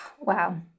Wow